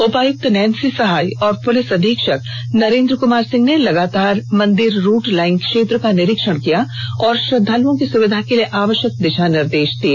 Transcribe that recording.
उपायुक्त नैन्सी सहाय और पुलिस अधीक्षक नरेंद्र कुमार सिंह ने लगातार मंदिर रूट लाईन क्षेत्र का निरीक्षण किया और श्रद्वालुओं की सुविधा के लिए आवष्यक दिषा निर्देष दिये